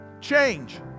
change